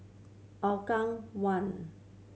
Hougang One